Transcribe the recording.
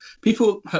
people